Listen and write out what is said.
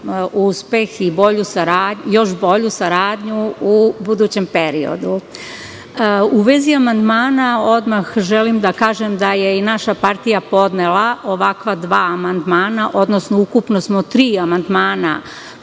uspeh i još bolju saradnju u budućem periodu.U vezi amandmana odmah želim da kažem da je i naša partija podnela ovakva dva amandmana, odnosno ukupno smo tri amandmana